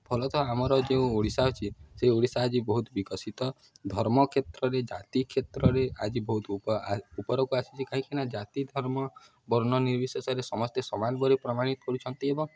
ଫଳତଃ ଆମର ଯେଉଁ ଓଡ଼ିଶା ଅଛି ସେ ଓଡ଼ିଶା ଆଜି ବହୁତ ବିକଶିତ ଧର୍ମ କ୍ଷେତ୍ରରେ ଜାତି କ୍ଷେତ୍ରରେ ଆଜି ବହୁତ ଉପରକୁ ଆସିଛି କାହିଁକିନା ଜାତି ଧର୍ମ ବର୍ଣ୍ଣ ନିର୍ବିଶେଷରେ ସମସ୍ତେ ସମାନ ବୋଲିରି ପ୍ରମାଣିତ କରୁଛନ୍ତି ଏବଂ